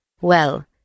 Well